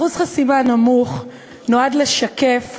אחוז חסימה נמוך נועד לשקף